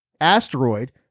asteroid